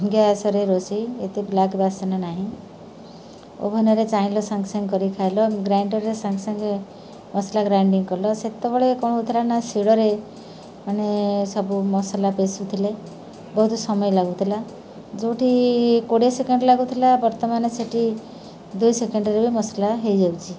ଗ୍ୟାସ୍ରେ ରୋଷେଇ ଏତେ ବ୍ଲାକ୍ ବାସନ ନାହିଁ ଓଭେନ୍ରେ ଚାହିଁଲ ସାଙ୍ଗେ ସାଙ୍ଗେ କରି ଖାଇଲ ଗ୍ରାଇଣ୍ଡର୍ରେ ସାଙ୍ଗେ ସାଙ୍ଗେ ମସଲା ଗ୍ରାଇଣ୍ଡିଙ୍ଗ୍ କଲ ସେତେବେଳେ କ'ଣ ହଉଥିଲା ନା ଶିଳରେ ମାନେ ସବୁ ମସଲା ପେଷୁଥିଲେ ବହୁତ ସମୟ ଲାଗୁଥିଲା ଯେଉଁଠି କୋଡ଼ିଏ ସେକେଣ୍ଡ ଲାଗୁଥିଲା ବର୍ତ୍ତମାନ ସେଇଠି ଦୁଇ ସେକେଣ୍ଡରେ ବି ମସଲା ହେଇଯାଉଛି